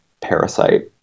Parasite